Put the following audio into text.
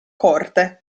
corte